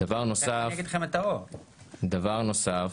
דבר נוסף,